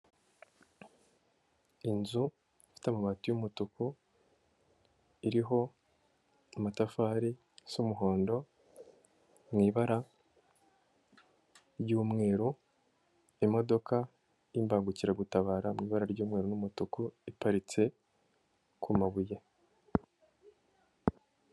Inzu ifite amabati y'umutuku iriho amatafari z'umuhondo, mu ibara ry'umweru, imodoka y'imbangukiragutabara, mu ibara ry'umumweru n'umutuku iparitse ku mabuye.